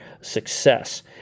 success